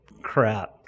crap